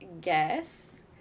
guess